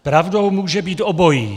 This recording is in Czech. Pravdou může být obojí.